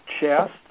chest